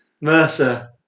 Mercer